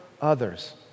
others